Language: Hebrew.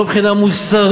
לא מבחינה מוסרית,